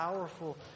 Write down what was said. powerful